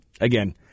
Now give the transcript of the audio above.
again